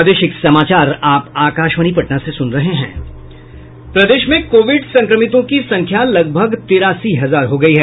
प्रदेश में कोविड संक्रमितों की संख्या लगभग तिरासी हजार हो गयी है